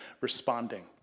responding